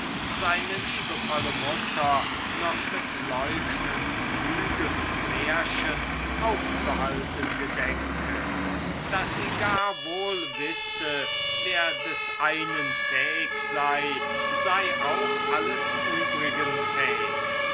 seine liebevolle mutter noch mit leugnen lügen und märchen aufzuhalten gedenke daß sie gar wohl wisse wer des einen fähig sei sei auch alles übrigen fähig